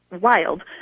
wild